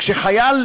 אדוני.